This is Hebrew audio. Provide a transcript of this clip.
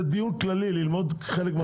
זה דיון כללי ללמוד חלק מהדברים.